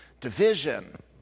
division